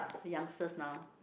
youngsters now